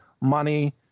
money